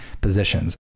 positions